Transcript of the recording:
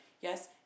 yes